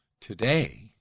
today